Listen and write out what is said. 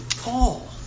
Paul